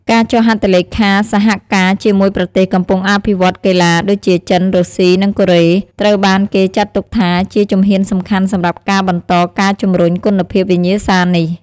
ការចុះហត្ថលេខាសហការជាមួយប្រទេសកំពុងអភិវឌ្ឍកីឡាដូចជាចិន រុស្ស៊ី និងកូរ៉េ ត្រូវបានគេចាត់ទុកថាជាជំហានសំខាន់សម្រាប់ការបន្តការជំរុញគុណភាពវិញ្ញាសានេះ។